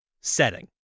Setting